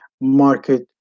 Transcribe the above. market